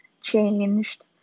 changed